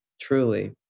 truly